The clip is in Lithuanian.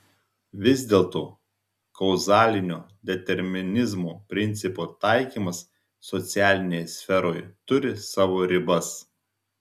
vis dėlto kauzalinio determinizmo principo taikymas socialinėje sferoje turi savo ribas